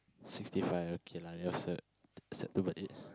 sixty five okay lah it was a acceptable age